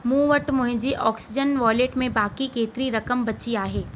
मूं वटि मुंहिंजी ऑक्सीजन वॉलेट में बाक़ी केतिरी रक़म बची आहे